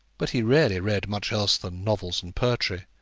but he rarely read much else than novels and poetry